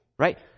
Right